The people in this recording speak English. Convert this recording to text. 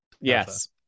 Yes